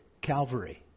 Calvary